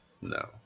No